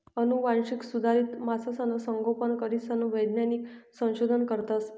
आनुवांशिक सुधारित मासासनं संगोपन करीसन वैज्ञानिक संशोधन करतस